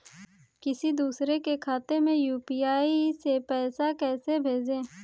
किसी दूसरे के खाते में यू.पी.आई से पैसा कैसे भेजें?